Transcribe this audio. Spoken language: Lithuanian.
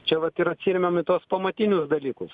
čia vat ir atsiremiam į tuos pamatinius dalykus